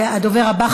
הדובר הבא,